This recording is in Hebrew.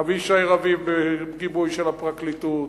אבישי רביב בגיבוי של הפרקליטות,